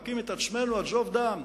מכים את עצמנו עד זוב דם,